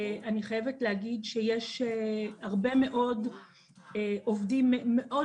אני חייבת להגיד שיש הרבה מאוד עובדים מאוד